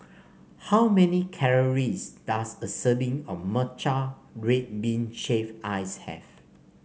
how many calories does a serving of Matcha Red Bean Shaved Ice have